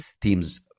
themes